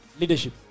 Leadership